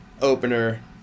opener